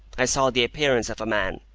i saw the appearance of a man,